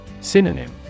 Synonym